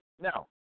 now